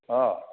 অঁ